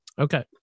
Okay